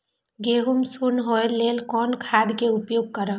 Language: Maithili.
गेहूँ सुन होय लेल कोन खाद के उपयोग करब?